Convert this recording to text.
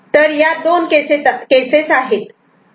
तर या दोन केसेस आहेत